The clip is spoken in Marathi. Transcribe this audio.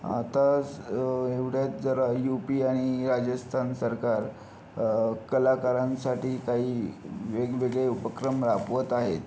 आता एवढ्यात जरा यू पी आणि राजस्थान सरकार कलाकारांसाठी काही वेगवेगळे उपक्रम राबवत आहे